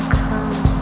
come